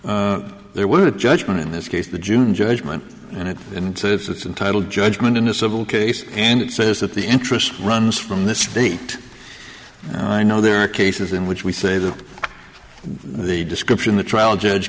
point there was a judgment in this case the june judgment and it until it's entitle judgment in a civil case and it says that the interest runs from this date and i know there are cases in which we say that the description the trial judge